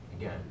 Again